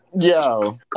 Yo